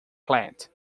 plant